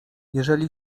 jeżeli